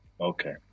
Okay